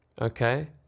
okay